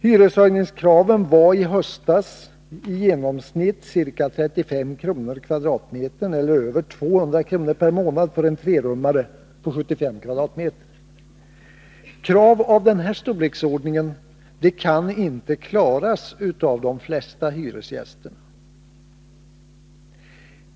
Hyreshöjningskraven var i höstas genomsnittligt ca 35 kr. per m? eller över 200 kr. per månad för en trerummare på 75 m?. Krav av denna storleksordning kan inte klaras av de flesta hyresgäster.